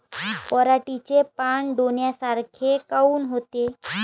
पराटीचे पानं डोन्यासारखे काऊन होते?